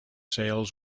sales